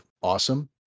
awesome